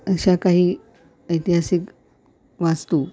अशा काही ऐतिहासिक वास्तू